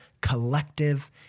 collective